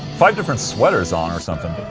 five different sweaters on or something